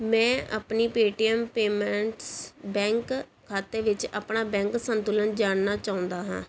ਮੈਂ ਆਪਣੇ Paytm payments bank ਖਾਤੇ ਵਿੱਚ ਆਪਣਾ ਬੈਂਕ ਸੰਤੁਲਨ ਜਾਣਨਾ ਚਾਹੁੰਦਾ ਹਾਂ